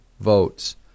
votes